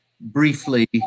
briefly